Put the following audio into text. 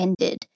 ended